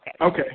Okay